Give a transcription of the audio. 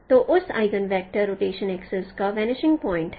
तो उस eigen vector rotation axis का वनिषिंग पॉइंट है